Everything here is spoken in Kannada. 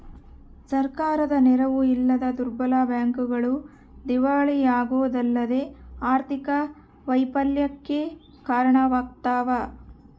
ಸರ್ಕಾರದ ನೆರವು ಇಲ್ಲದ ದುರ್ಬಲ ಬ್ಯಾಂಕ್ಗಳು ದಿವಾಳಿಯಾಗೋದಲ್ಲದೆ ಆರ್ಥಿಕ ವೈಫಲ್ಯಕ್ಕೆ ಕಾರಣವಾಗ್ತವ